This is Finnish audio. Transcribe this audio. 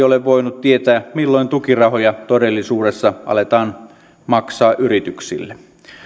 ole voinut tietää milloin tukirahoja todellisuudessa aletaan maksaa yrityksille